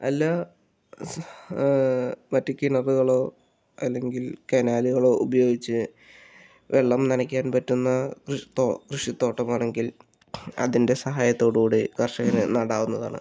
അല്ല മറ്റു കിണറുകളോ അല്ലെങ്കിൽ കനാലുകളോ ഉപയോഗിച്ച് വെള്ളം നനയ്ക്കാൻ പറ്റുന്ന കൃഷി ത്തോട്ടമാണെങ്കിൽ അതിൻ്റെ സഹായത്തോടു കൂടി കർഷകന് നടാവുന്നതാണ്